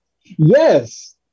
Yes